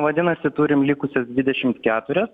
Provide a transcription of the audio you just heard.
vadinasi turim likusias dvidešimt keturias